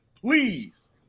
please